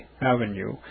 Avenue